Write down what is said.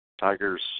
Tigers